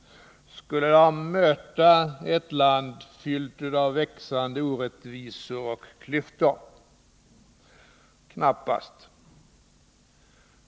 Skulle de möta ett land fyllt av växande orättvisor och klyftor? Knappast!